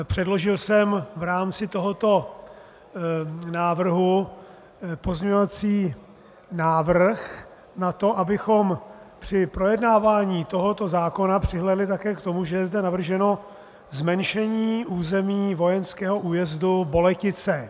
Předložil jsem v rámci tohoto návrhu pozměňovací návrh na to, abychom při projednávání tohoto zákona přihlédli také k tomu, že je zde navrženo zmenšení území vojenského újezdu Boletice.